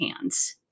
hands